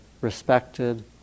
respected